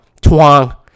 twang